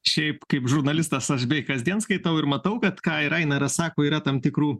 šiaip kaip žurnalistas aš beik kasdien skaitau ir matau kad ką ir einaras sako yra tam tikrų